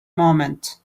moment